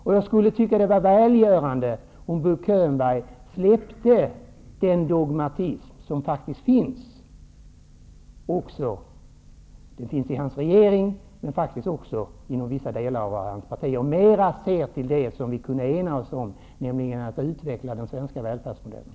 Det vore därför välgörande om Bo Könberg släppte den dogmatism som faktiskt finns -- den finns i hans regering, och den finns även inom vissa delar av hans parti -- och mer såg till det som vi kan enas om, nämligen att utveckla den svenska välfärdsmodellen.